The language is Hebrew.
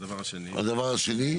הדבר השני.